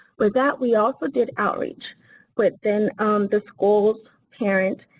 with that, we also did outreach within the schools, parents,